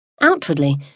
Outwardly